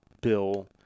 bill